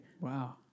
Wow